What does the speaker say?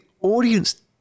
audience